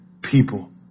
people